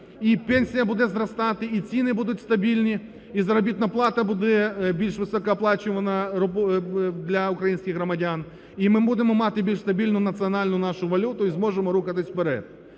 і пенсія буде зростати, і ціни будуть стабільні, і заробітна плата буде більш високооплачувана для українських громадян, і ми будемо мати більш стабільну національну нашу валюту і зможемо рухатися вперед.